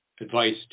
advice